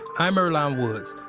i'm earlonne woods.